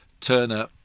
Turner